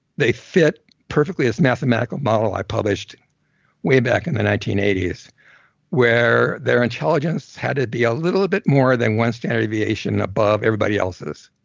they fit perfectly this mathematical model i published way back in the nineteen eighty s where their intelligence had to be a little bit more than one standard deviation above everybody else's.